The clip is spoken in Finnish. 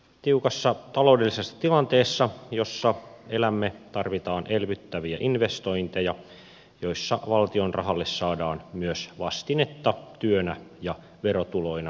tiukassa taloudellisessa tilanteessa jossa elämme tarvitaan elvyttäviä investointeja joissa valtion rahalle saadaan myös vastinetta työnä ja verotuloina tulevaisuudessa